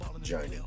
journey